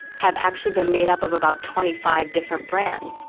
have actually been made up of about twenty five different brands.